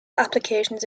applications